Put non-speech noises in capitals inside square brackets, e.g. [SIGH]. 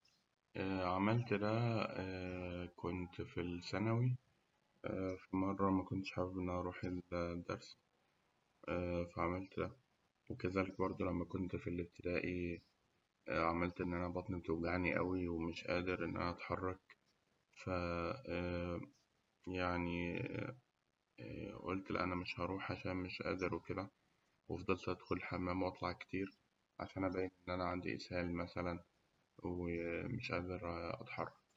عملت ده كنت في الثانوي [HESITATION] كنت في مرة مكنتش حابب إن أنا أروح الدرس، [HESITATION] فعملت ده، وكذلك برده لما كنت في الابتدائي، عملت إن أنا بطني بتوجعني أوي ومش قادر إن أنا أتحرك، ف [HESITATION] يعني [HESITATION] قلت أنا مش هأروح عشان أنا مش قادر وكده، [NOISE] وفضلت أدخل الحمام وأطلع كتير، عشان أبين إن أنا عندي إسهال مثلاً ومش قادر أتحرك.